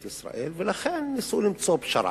ולכן ניסו למצוא פשרה.